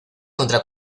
contra